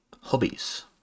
Hobbies